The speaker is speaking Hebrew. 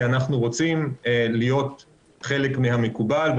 כי אנחנו רוצים להיות חלק מהמקובל.